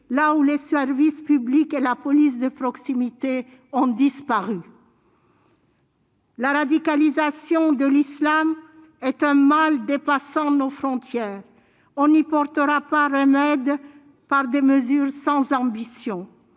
là où les services publics et la police de proximité ont disparu ? La radicalisation de l'islam est un mal dépassant nos frontières. On n'y portera pas remède par des mesures sans ambition.